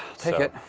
take it,